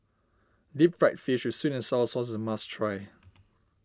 Deep Fried Fish with Sweet and Sour Sauce is a must try